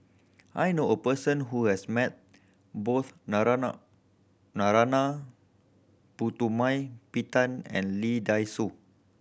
I know a person who has met both Narana Narana Putumaippittan and Lee Dai Soh